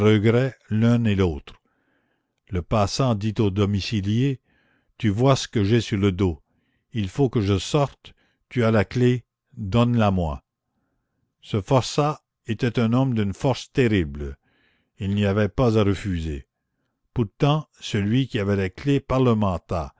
l'un et l'autre le passant dit au domicilié tu vois ce que j'ai sur le dos il faut que je sorte tu as la clef donne la moi ce forçat était un homme d'une force terrible il n'y avait pas à refuser pourtant celui qui avait la